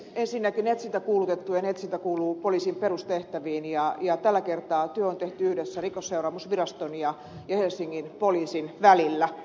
ensinnäkin etsintäkuulutettujen etsintä kuuluu poliisin perustehtäviin ja tällä kertaa työ on tehty yhdessä rikosseuraamusviraston ja helsingin poliisin välillä